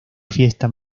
fiesta